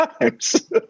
times